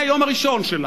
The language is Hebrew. מהיום הראשון שלה,